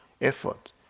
effort